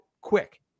quick